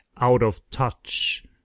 out-of-touch